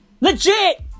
Legit